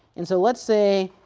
and so let's say,